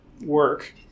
work